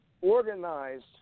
organized